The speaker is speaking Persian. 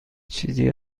چیزی